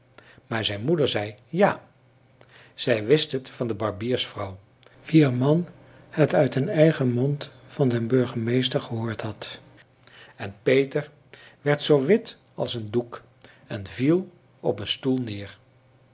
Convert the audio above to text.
maar zijn moeder zei ja zij wist het van de barbiersvrouw wier man het uit den eigen mond van den burgemeester gehoord had en peter werd zoo wit als een doek en viel op een stoel neer